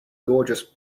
gorgeous